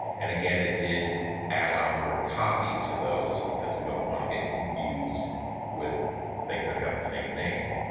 and again it did add on the word copy to those, because we don't want to get confused with things that have the same name.